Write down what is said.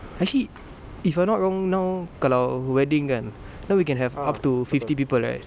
actually if I'm not wrong now kalau wedding kan then we can have up to fifty people right